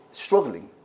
struggling